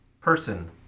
person